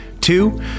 Two